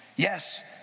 Yes